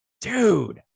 Dude